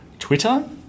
Twitter